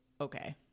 okay